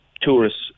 tourists